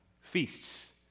Feasts